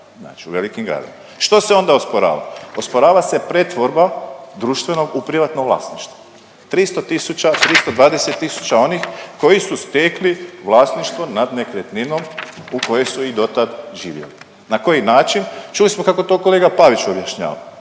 znači u velikim gradovima. Što se onda osporava? Osporava se pretvorba društvenog u privatno vlasništvo, 300 tisuća, 320 tisuća onih koji su stekli vlasništvo nad nekretninom u kojoj su i dotad živjeli. Na koji način? Čuli smo kako to kolega Pavić objašnjava.